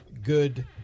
good